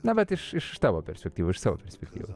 na vat iš iš tavo perspektyvų iš savo perspektyvų